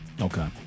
okay